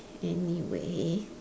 anyway